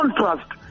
contrast